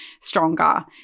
stronger